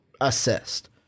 assist